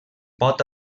pot